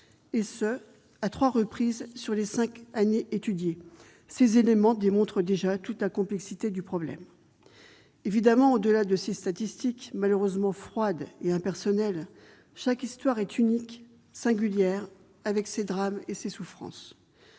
à trois reprises au cours des cinq années étudiées. Ces éléments démontrent déjà toute la complexité du problème. Évidemment, au-delà de ces statistiques, malheureusement froides et impersonnelles, chaque histoire est unique, singulière, avec ses drames et ses souffrances.